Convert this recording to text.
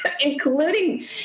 including